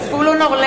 (קוראת בשמות חברי הכנסת) זבולון אורלב,